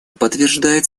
подтверждает